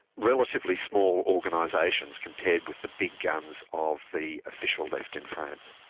relatively small organisations, compared with the big guns of the official left in france.